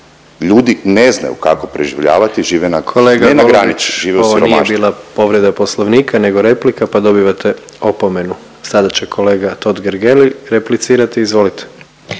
Ljudi ne znaju kako preživljavati, žive ne na granici, žive u siromaštvu. **Jandroković, Gordan (HDZ)** Ovo nije bila povreda Poslovnika nego replika, pa dobivate opomenu. Sada će kolega Totgergeli replicirati, izvolite.